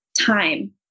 time